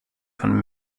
von